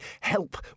help